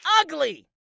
Ugly